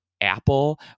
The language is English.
apple